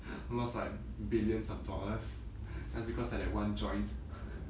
lost like billions of dollars just because of that one joint